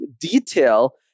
detail